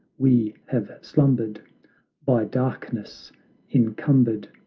we have slumbered by darkness encumbered,